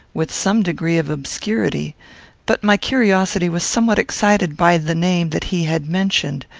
with some degree of obscurity but my curiosity was somewhat excited by the name that he had mentioned,